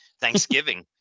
Thanksgiving